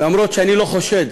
אומנם אני לא חושד